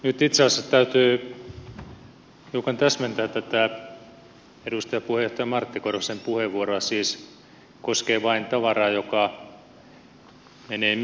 nyt itse asiassa täytyy hiukan täsmentää tätä edustaja puheenjohtaja martti korhosen puheenvuoroa koskee vain tavaraa joka menee myyntiin